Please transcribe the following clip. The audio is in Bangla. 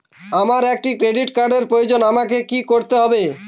আমার একটি ক্রেডিট কার্ডের প্রয়োজন আমাকে কি করতে হবে?